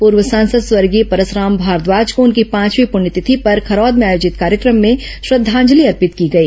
पूर्व सांसद स्वर्गीय परसराम भारद्वाज को उनकी पांचवीं प्रण्यतिथि पर खरौद में आयोजित कार्यक्रम भें श्रद्धांजलि अर्पित की गई